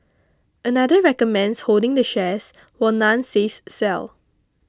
another recommends holding the shares while none says sell